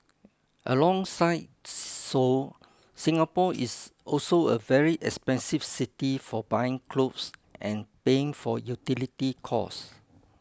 alongside Seoul Singapore is also a very expensive city for buying clothes and paying for utility costs